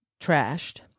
trashed